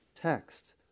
text